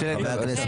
חבר הכנסת